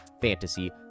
fantasy